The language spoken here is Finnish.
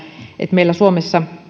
että meillä suomessa